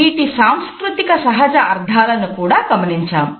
వీటి సాంస్కృతిక సహజ అర్ధాలను కూడా గమనించాము